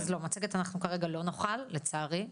מצגת אנחנו כרגע לא נוכל, לצערי.